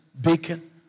bacon